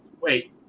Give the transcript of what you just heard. wait